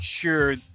sure